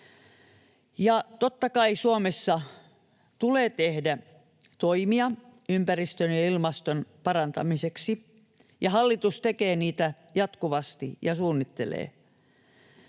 Ja totta kai Suomessa tulee tehdä toimia ympäristön ja ilmaston parantamiseksi, ja hallitus tekee niitä jatkuvasti ja suunnittelee.